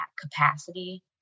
capacity